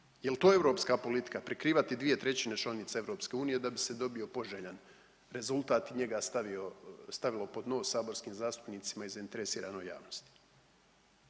Jel to europska politika prikrivati 2/3 članica EU da bi se dobio poželjan rezultat i njega stavio, stavilo pod nos saborskim zastupnicima i zainteresiranoj javnosti?